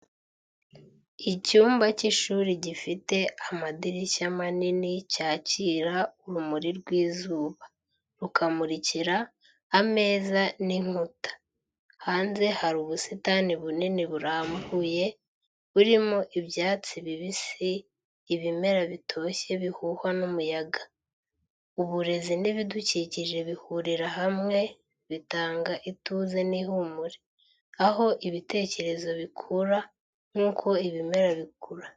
Icyumba cy’ishuri gifite amadirishya manini cyakira urumuri rw’izuba, rukamurikira ameza n’inkuta. Hanze hari ubusitani bunini burambuye, burimo ibyatsi bibisi, ibimera bitoshye bihuhwa n’umuyaga. Uburezi n’ibidukikije bihurira hamwe, bitanga ituze n’ihumure, aho ibitekerezo bikura nk’uko ibimera bikura.